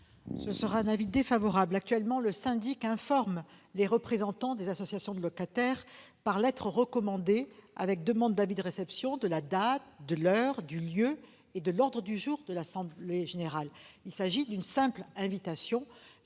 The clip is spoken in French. de la commission ? Actuellement, le syndic informe les représentants des associations de locataires, par lettre recommandée avec demande d'avis de réception, de la date, de l'heure, du lieu et de l'ordre du jour de l'assemblée générale. Il s'agit d'une simple invitation